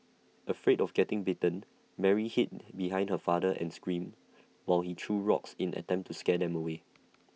afraid of getting bitten Mary hid behind her father and screamed while he threw rocks in attempt to scare them away